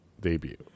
debut